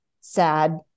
sad